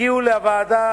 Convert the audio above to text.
הגיעו לוועדה